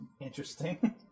interesting